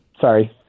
sorry